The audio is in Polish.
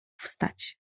wstać